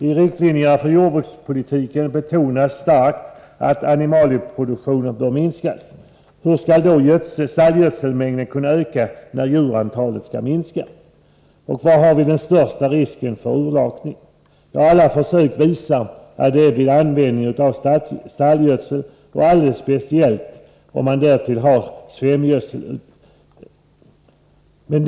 I riktlinjerna för jordbrukspolitiken betonas starkt att animalieproduktionen bör minskas. Hur skall stallgödselmängden kunna öka när djurantalet skall minska? Och var har vi den största risken för urlakning? Jo, alla försök visar att det är vid användningen av stallgödsel och alldeles speciellt vid användning av svämgödsel.